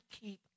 keep